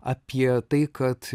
apie tai kad